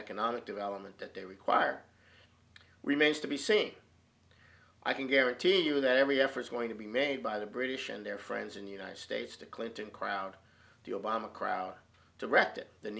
economic development that they require remains to be seen i can guarantee you that every effort is going to be made by the british and their friends in the united states the clinton crowd the obama crowd directed the